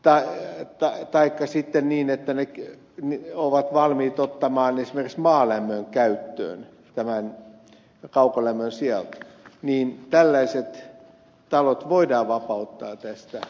kai mutta aika sitten negatiivitalot taikka sellaiset jotka ovat valmiit ottamaan esimerkiksi maalämmön käyttöön kaukolämmön sijaan voidaan vapauttaa teistä